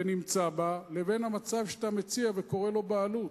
ונמצא בה, לבין המצב שאתה מציע וקורא לו "בעלות".